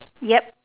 yup